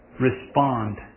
respond